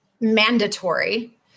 mandatory